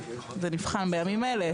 זה נבחן בימים אלה.